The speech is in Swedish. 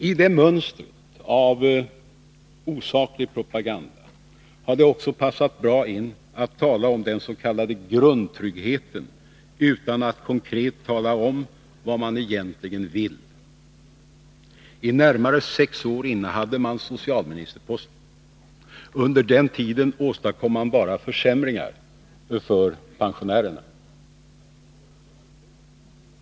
I detta mönster av osaklig propaganda har det också passat bra att tala om den s.k. grundtryggheten, utan att konkret ange vad man egentligen vill. I närmare sex år innehade man socialministerposten. Under den tiden åstadkom man bara försämringar för pensionärerna.